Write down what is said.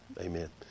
amen